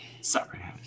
sorry